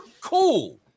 cool